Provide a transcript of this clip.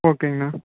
ஓகேங்கண்ணா